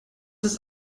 ist